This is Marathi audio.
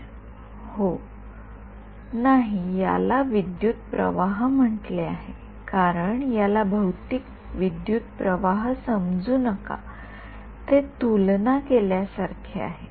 विद्यार्थीः हो विद्यार्थी नाही याला विद्युत् प्रवाह म्हंटले आहे कारण याला भौतिक विद्युत् प्रवाह समजू नका ते तुलना केल्यासारखे आहे